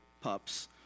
pups